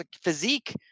physique